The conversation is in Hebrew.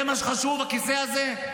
זה מה שחשוב, הכיסא הזה?